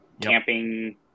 camping